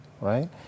right